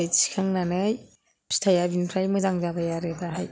थिखांनानै फिथाइया बेनिफ्राय मोजां जाबाय आरो बाहाय